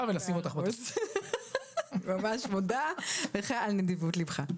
ולשים אותך --- אני ממש מודה לך על נדיבות ליבך.